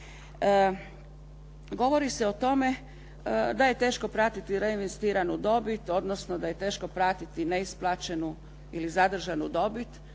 Govori se o tome da je teško pratiti reinvestiranu dobit, odnosno da je teško pratiti neisplaćenu ili zadržanu dobit.